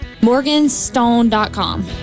Morganstone.com